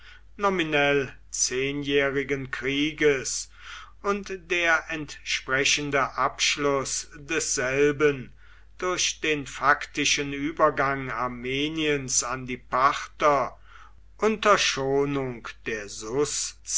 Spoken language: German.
nominell zehnjährigen krieges und der entsprechende abschluß desselben durch den faktischen übergang armeniens an die parther unter schonung der